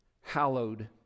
hallowed